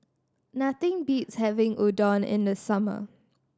nothing beats having Udon in the summer